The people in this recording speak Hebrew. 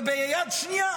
וביד שנייה,